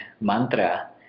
mantra